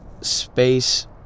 space